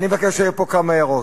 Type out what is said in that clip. אני מבקש להעיר פה כמה הערות.